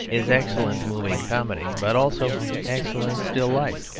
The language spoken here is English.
is excellent moving comedy, but also excellent still life.